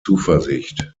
zuversicht